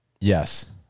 Yes